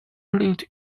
lived